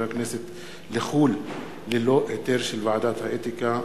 הכנסת לחו"ל ללא היתר של ועדת האתיקה,